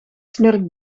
snurkt